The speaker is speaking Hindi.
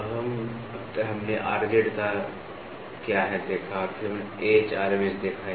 तो अब तक हमने Rz क्या देखा और फिर हमने देखा